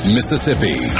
Mississippi